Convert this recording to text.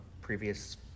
previous